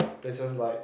places like